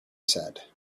said